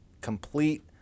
complete